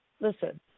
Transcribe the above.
Listen